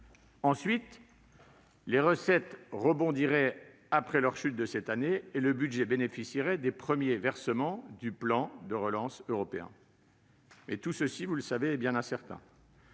Ensuite, les recettes rebondiraient après leur chute de cette année et le budget bénéficierait des premiers versements du plan de relance européen. Mais tout ceci est encore bien incertain